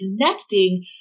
connecting